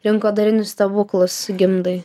rinkodarinius stebuklus gimdai